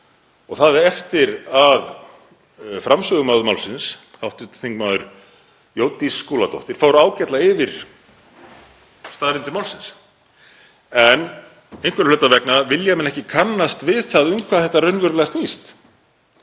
og það eftir að framsögumaður málsins, hv. þm. Jódís Skúladóttir, fór ágætlega yfir staðreyndir málsins. En einhverra hluta vegna vilja menn ekki kannast við um hvað þetta raunverulega snýst.